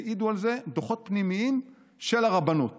והעידו על זה דוחות פנימיים של הרבנות